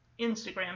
Instagram